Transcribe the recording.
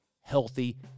healthy